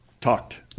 talked